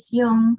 yung